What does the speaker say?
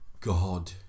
God